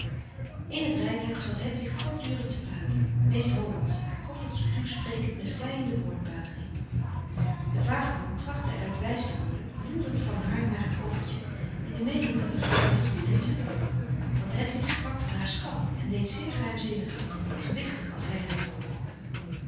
in t rijtuig zat hedwig voortdurend te praten meest hollandsch haar koffertje toesprekend met vleiende woord buiging de vagebond trachtte er uit wijs te worden loerend van haar naar t koffertje in de meening dat er gestolen goed in zat want hedwig sprak van haar schat en deed zeer geheimzinnig gewichtig als hij er naar vroeg